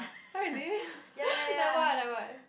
really like what like what